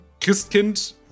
Christkind